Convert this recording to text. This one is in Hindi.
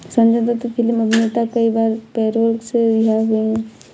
संजय दत्त फिल्म अभिनेता कई बार पैरोल से रिहा हुए हैं